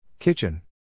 Kitchen